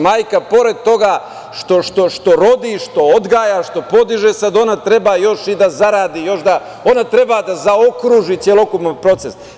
Majka, pored toga što rodi, što odgaja, što podiže, sad ona treba još i da zaradi, još treba da zaokruži celokupan proces.